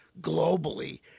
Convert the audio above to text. globally